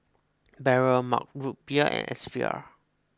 Barrel Mug Root Beer and S V R